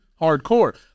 hardcore